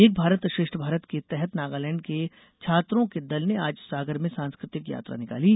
एक भारत श्रेष्ठ भारत के तहत नागालैंड के छात्रों के दल ने आज सागर में सांस्कृतिक यात्रा निकाली